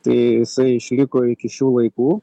tai jisai išliko iki šių laikų